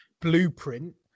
blueprint